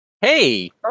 Hey